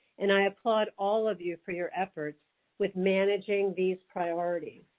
and i applaud all of you for your efforts with managing these priorities.